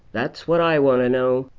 that's what i want to know.